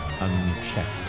unchecked